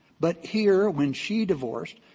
but here, when she divorced,